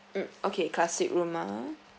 mm okay classic room ah